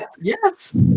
yes